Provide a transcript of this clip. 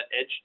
edge